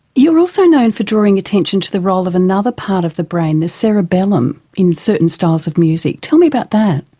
you're also known for drawing attention to the role of another part of the brain, the cerebellum, in certain styles of music. tell me about that.